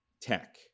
tech